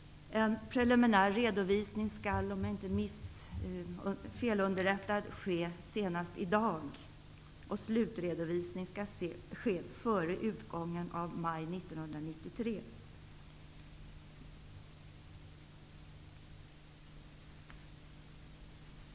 Om jag inte är felunderrättad skall en preliminär redovisning ske senast i dag. Slutredovisning skall ske före utgången av maj 1993.